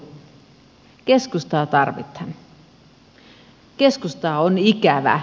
keskustaa tarvitaan keskustaa on ikävä